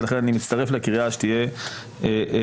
ולכן אני מצטרף לקריאה שתהיה בדיקה,